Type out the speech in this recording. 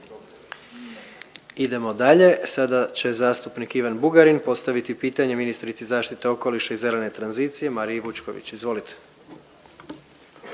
Idemo dalje. Sada će zastupnik Ivan Bugarin postaviti pitanje ministrici zaštite okoliša i zelene tranzicije Mariji Vučković. Izvolite.